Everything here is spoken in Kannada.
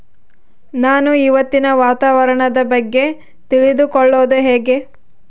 ನಾನು ಇವತ್ತಿನ ವಾತಾವರಣದ ಬಗ್ಗೆ ತಿಳಿದುಕೊಳ್ಳೋದು ಹೆಂಗೆ?